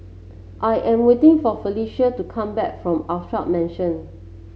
I am waiting for Felicia to come back from Alkaff Mansion